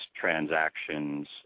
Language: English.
transactions